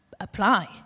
apply